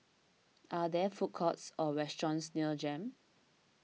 are there food courts or restaurants near Jem